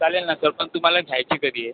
चालेल ना सर पण तुम्हाला घ्यायची कधी आहे